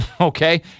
okay